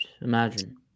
Imagine